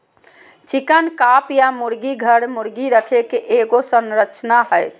chicken coop या मुर्गी घर, मुर्गी रखे के एगो संरचना हइ